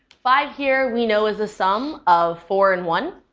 five here we know as the sum of four and one,